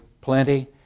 plenty